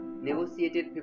negotiated